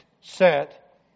set